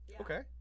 Okay